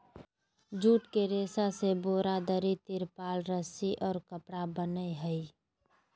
jute के रेशा से बोरा, दरी, तिरपाल, रस्सि और कपड़ा बनय हइ